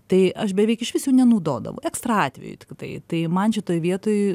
tai aš beveik iš vis jų nenaudodavau ekstra atveju tiktai tai man šitoj vietoj